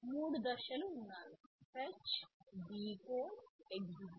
3 దశలు ఉన్నాయి fetch decode execute